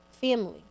family